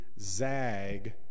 zag